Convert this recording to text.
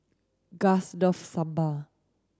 Gust love Sambar